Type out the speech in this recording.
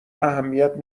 اهمیت